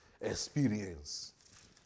experience